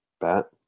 bat